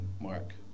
Mark